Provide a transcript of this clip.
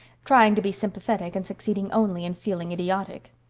trying to be sympathetic and succeeding only in feeling idiotic.